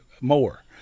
more